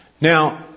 Now